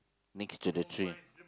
next to the tree